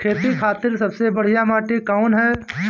खेती खातिर सबसे बढ़िया माटी कवन ह?